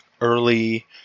early